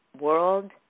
world